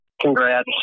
congrats